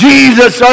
Jesus